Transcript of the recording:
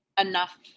enough